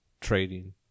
trading